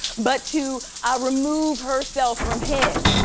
but to remove herself from him.